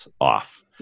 off